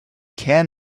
can